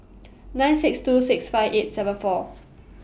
nine six two six five eight seven four